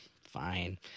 fine